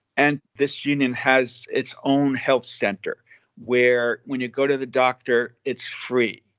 and this union has its own health center where when you go to the doctor, it's free.